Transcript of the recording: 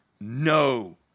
no